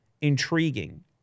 intriguing